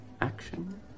Action